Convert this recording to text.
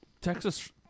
Texas